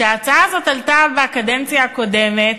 כשההצעה הזו עלתה בקדנציה הקודמת,